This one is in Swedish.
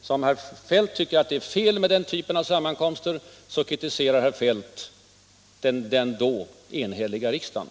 Så om herr Feldt tycker att det är fel med den typen av sammankomster så kritiserar herr Feldt den då enhälliga riksdagen.